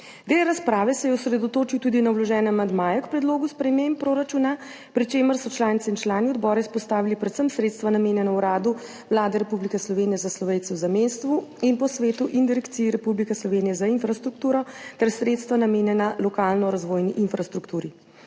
Del razprave se je osredotočil tudi na vložene amandmaje k predlogu sprememb proračuna, pri čemer so članice in člani odbora izpostavili predvsem sredstva, namenjena Uradu Vlade Republike Slovenije za Slovence v zamejstvu in po svetu in Direkciji Republike Slovenije za infrastrukturo ter sredstva, namenjena lokalni razvojni infrastrukturi.